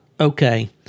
Okay